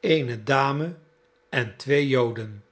eene dame en twee joden